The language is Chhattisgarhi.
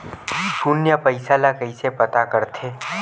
शून्य पईसा ला कइसे पता करथे?